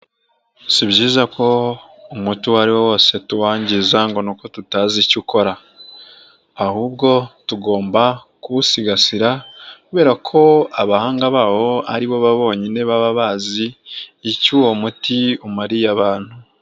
Si byiza ko umuti uwo ari wo wose tuwangiza ngo ni uko tutazi icyo ukora ahubwo tugomba kuwusigasira kubera ko abahanga bawo ari bo bonyine baba bazi icyo uwo muti umariye abantu.